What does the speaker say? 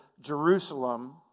Jerusalem